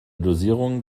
dosierung